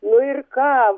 nu ir ką